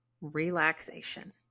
relaxation